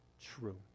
True